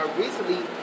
recently